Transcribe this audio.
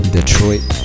Detroit